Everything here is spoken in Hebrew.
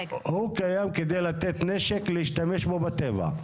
הוא קיים כדי לתת נשק להשתמש בו בטבע.